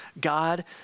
God